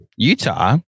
Utah